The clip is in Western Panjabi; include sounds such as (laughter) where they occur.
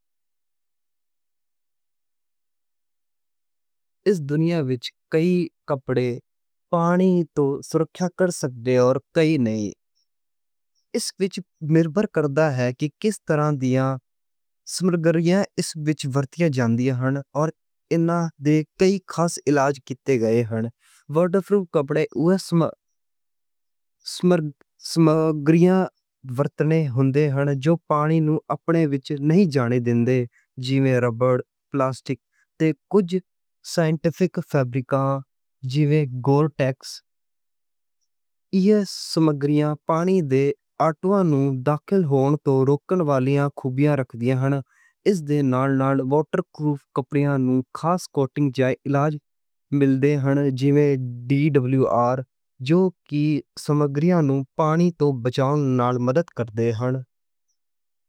اس دُنیا وِچ کئی کپڑے پانی توں سُرکھیا کر سکدے نے تے کئی نئیں۔ تُو رہبَر کردا اے۔ کس طرح دیاں موڈرن (hesitation) ورتیاں جاندیاں نیں۔ جاندے اے اِنہاں دے کئی خاص علاج کیتے جاندے نیں۔ واٹر پروف کپڑے اُسی سماگریاں (hesitation) ورتنے ہُندے نیں۔ جو پانی نوں اپنے وِچ نئیں جان دین دے۔ جیویں ربڑ، پلاسٹک تے کُجھ سائینٹفک فیبرکس جیویں گور ٹیکس۔ (hesitation) ایہ سماگریاں پانی دے اندر نوں داخل ہون توں روکدیاں والیاں خوبیاں رکھدیاں نیں۔ اس دے نال نال ورت کے کپڑیاں نوں خاص کوٹنگ چڑھائی جاندی اے۔ علاج جیویں ڈی واٹر ریپیلنٹ جو کہ سماگریاں نوں پانی توں بچاؤ نال مدد کردے نیں۔